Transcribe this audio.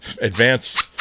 advance